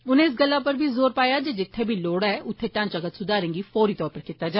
उनें इस गल्ला उप्पर बी जोर पाया जे जित्ये बी लोड़ ऐ उत्थे ढांचागत सुधारें गी फौरी तोर उप्पर कीता जा